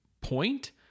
point